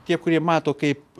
tie kurie mato kaip